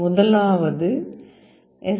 முதலாவது எஸ்